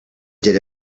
did